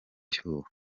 cyuho